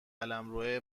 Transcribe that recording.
قلمروه